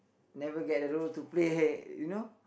never get a role to play you know